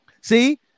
See